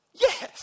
Yes